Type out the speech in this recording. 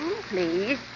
please